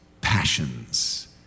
passions